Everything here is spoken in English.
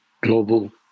global